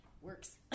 works